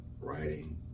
writing